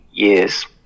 years